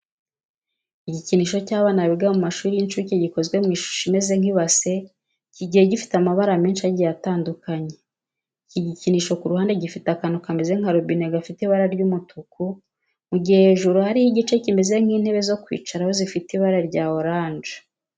Igikinisho cy'abana biga mu mashuri y'inshuke gikoze mu ishusho imeze nk'ibase kigiye gifite amabara menshi agiye atandukanye. Iki gikinisho ku ruhande gifite akantu kameze nka robine gafite ibara ry'umutuku, mu gihe hejuru hariho igice kimeze nk'intebe zo kwicaraho zifite ibara rya oranje.